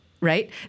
right